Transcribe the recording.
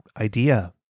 idea